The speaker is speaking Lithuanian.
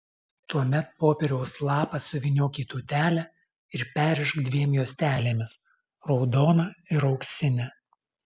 tuomet popieriaus lapą suvyniok į tūtelę ir perrišk dviem juostelėmis raudona ir auksine